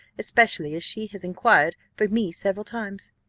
especially as she has inquired for me several times.